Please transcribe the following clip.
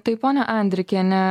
tai ponia andrikiene